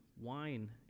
wine